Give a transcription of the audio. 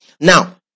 now